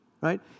right